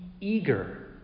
eager